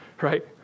Right